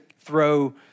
throw